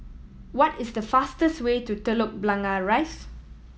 what is the fastest way to Telok Blangah Rise